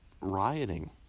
rioting